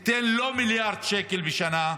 לא תיתן מיליארד שקל בשנה,